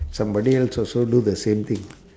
somebody else also do the same thing